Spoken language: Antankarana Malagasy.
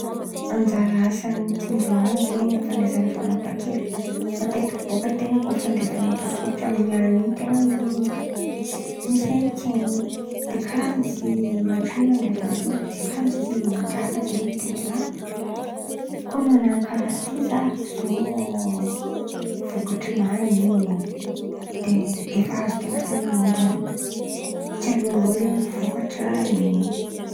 Anjara asa ny tsindry mandry zen̈y fandraisan̈a fan̈apaha-kevitry, matetiky bôka an-ten̈a koa fa andray fan̈apaha-kevitry amin̈y alin̈y in̈y misaintsain̈y de karà misy tsindry mandry hafa zen̈y amin-ten̈a hoe: ko-koa manana karà ty zah zao vokatranany in̈y oe de efa azon-ten̈a tsindry mandry tsialohaloha zen̈y tsialohaloha zen̈y vokatra in̈y.